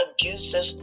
abusive